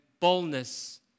boldness